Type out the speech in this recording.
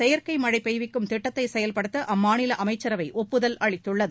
செயற்கை மழை பெய்விக்கும் திட்டத்தை செயல்படுத்த அம்மாநில அமைச்சரவை ஒப்புதல் அளித்துள்ளது